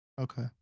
Okay